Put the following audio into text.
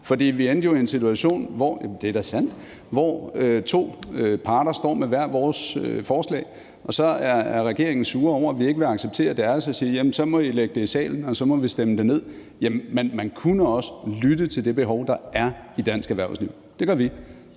For vi endte jo i en situation, hvor to parter står med hver deres forslag, og så er regeringen sure over, at vi ikke vil acceptere deres og sige: Så må I lægge det i salen, og så må vi stemme det ned. Men man kunne også lytte til det behov, der er i dansk erhvervsliv – det gør vi